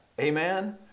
Amen